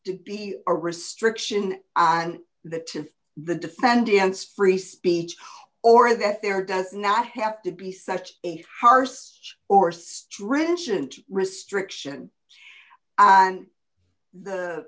to be a restriction on the of the defend against free speech or that there does not have to be such a farce or stringent restriction on the